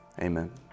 amen